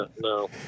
No